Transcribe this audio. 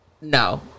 No